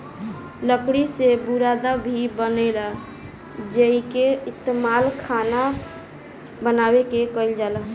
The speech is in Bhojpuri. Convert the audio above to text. लकड़ी से बुरादा भी बनेला जेइके इस्तमाल खाना बनावे में कईल जाला